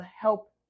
help